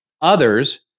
Others